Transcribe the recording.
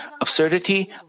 absurdity